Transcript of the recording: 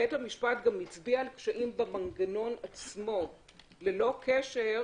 בית המשפט הצביע גם על קשיים במנגנון עצמו שלא קשור